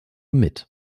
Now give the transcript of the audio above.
mit